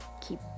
keep